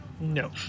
No